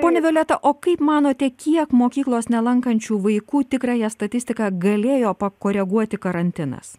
ponia violeta o kaip manote kiek mokyklos nelankančių vaikų tikrąją statistiką galėjo pakoreguoti karantinas